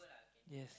yes